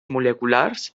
moleculars